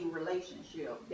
relationship